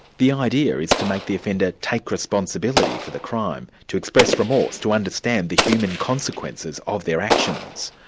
the idea is to make the offender take responsibility for the crime, to express remorse, to understand the human consequences of their actions.